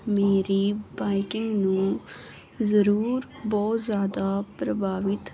ਮੇਰੀ ਬਾਈਕਿੰਗ ਨੂੰ ਜਰੂਰ ਬਹੁਤ ਜਿਆਦਾ ਪ੍ਰਭਾਵਿਤ ਕੀਤਾ ਹੈ